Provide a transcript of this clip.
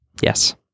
yes